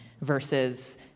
versus